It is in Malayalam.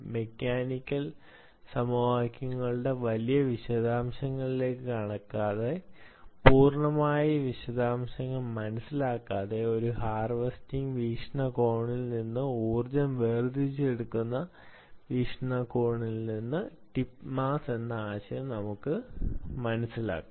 മെക്കാനിക്കൽ സമവാക്യങ്ങളുടെ വലിയ വിശദാംശങ്ങളിലേക്ക് കടക്കാതെ പൂർണ്ണമായ വിശദാംശങ്ങൾ മനസിലാക്കാതെ ഒരു ഹാർവെസ്റ്റിംഗ് വീക്ഷണകോണിൽ നിന്ന് ഊർജ്ജം വേർതിരിച്ചെടുക്കുന്ന വീക്ഷണകോണിൽ നിന്ന് ടിപ്പ് മാസ്സ് എന്ന ആശയം നമുക്ക് മനസിലാക്കാം